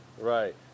Right